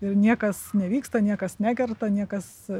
ir niekas nevyksta niekas nekerta niekas